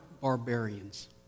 barbarians